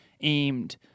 aimed